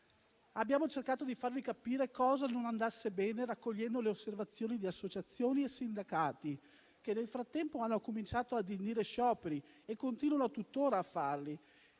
Abbiamo cercato di farvi capire cosa non andasse bene, raccogliendo le osservazioni di associazioni e sindacati, che nel frattempo hanno cominciato ad indire scioperi e continuano tuttora a farli,